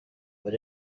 but